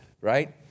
Right